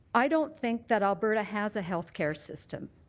i don't think that alberta has a health care system.